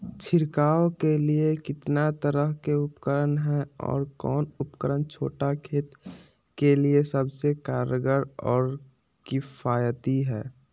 छिड़काव के लिए कितना तरह के उपकरण है और कौन उपकरण छोटा खेत के लिए सबसे कारगर और किफायती है?